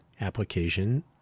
application